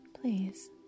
please